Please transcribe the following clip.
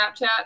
Snapchat